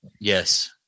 Yes